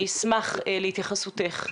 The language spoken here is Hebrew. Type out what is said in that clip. אני אשמח להתייחסותך.